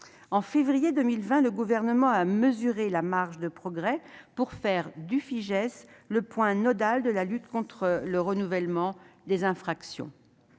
En février 2020, le Gouvernement a mesuré la marge de progrès pour faire du Fijais le point nodal de la lutte contre le renouvellement des infractions.